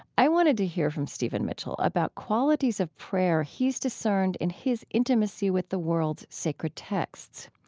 i wanted to hear from stephen mitchell about qualities of prayer he's discerned in his intimacy with the world's sacred texts.